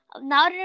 Now